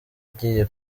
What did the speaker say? agiye